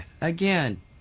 Again